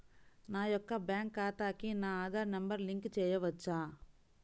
నా యొక్క బ్యాంక్ ఖాతాకి నా ఆధార్ నంబర్ లింక్ చేయవచ్చా?